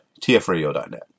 tfradio.net